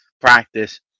practice